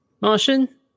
martian